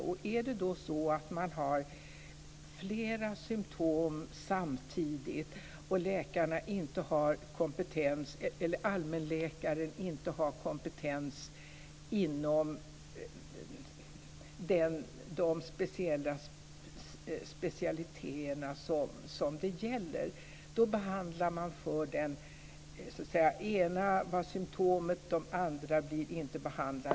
Om de har flera symtom samtidigt och allmänläkarna inte har kompetens inom de specialiteter som det gäller, behandlas de för det ena symtomet men inte för det andra.